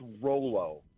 Rolo